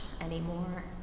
anymore